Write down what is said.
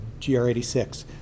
GR86